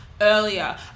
earlier